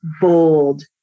bold